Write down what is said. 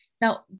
Now